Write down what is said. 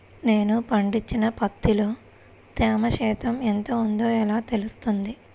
నేను పండించిన పత్తిలో తేమ శాతం ఎంత ఉందో ఎలా తెలుస్తుంది?